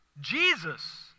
Jesus